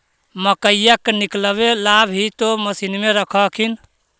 मकईया के निकलबे ला भी तो मसिनबे रख हखिन?